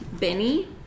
Benny